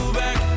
back